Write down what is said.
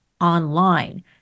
online